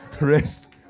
Rest